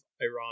iran